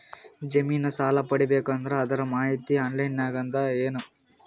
ಜಮಿನ ಸಾಲಾ ಪಡಿಬೇಕು ಅಂದ್ರ ಅದರ ಮಾಹಿತಿ ಆನ್ಲೈನ್ ನಾಗ ಅದ ಏನು?